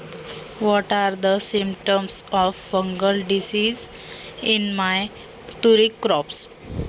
माझ्या तुरीच्या पिकामध्ये बुरशीजन्य रोगाची लक्षणे कोणती आहेत?